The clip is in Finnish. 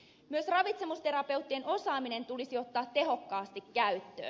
myös ravitsemusterapeuttien osaaminen tulisi ottaa tehokkaasti käyttöön